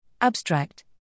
Abstract